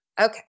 Okay